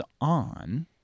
on